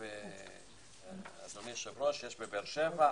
- יש בבאר שבע,